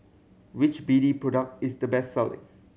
which B D product is the best selling